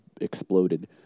exploded